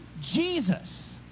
Jesus